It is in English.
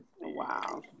wow